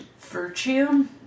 virtue